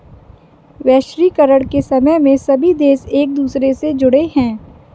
वैश्वीकरण के समय में सभी देश एक दूसरे से जुड़े है